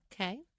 Okay